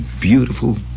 beautiful